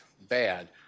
bad